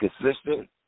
consistent